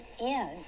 end